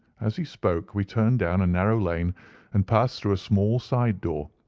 as he spoke, we turned down a narrow lane and passed through a small side-door,